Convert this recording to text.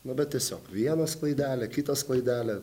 na bet tiesiog vienas klaidelę kitas klaidelę